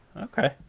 okay